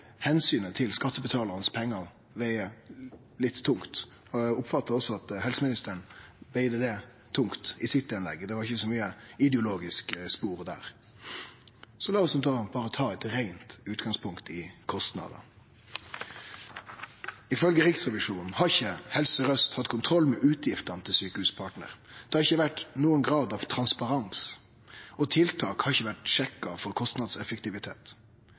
til skattebetalarane sine pengar vege litt tungt. Eg oppfatta det også slik at helseministeren lét det vege tungt i innlegget sitt – det var ikkje så mykje ideologisk å spore der. Lat oss berre ta eit reint utgangspunkt i kostnader. Ifølgje Riksrevisjonen har ikkje Helse Sør- Aust hatt kontroll med utgiftene til Sykehuspartner. Det har ikkje vore nokon grad av transparens, og tiltak har ikkje vore sjekka for kostnadseffektivitet.